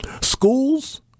Schools